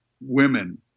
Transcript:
women